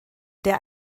der